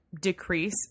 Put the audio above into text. decrease